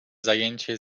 zajęcie